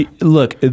look